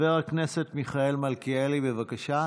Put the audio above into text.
חבר הכנסת מיכאל מלכיאלי, בבקשה.